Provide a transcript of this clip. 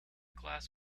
glass